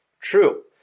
true